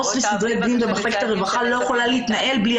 רווחה לא יכולה להתנהל בלי